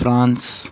France